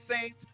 Saints